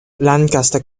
lancaster